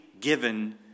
given